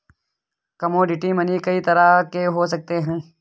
commodity money कई तरह के हो सकते हैं